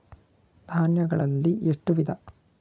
ಧಾನ್ಯಗಳಲ್ಲಿ ಎಷ್ಟು ವಿಧ?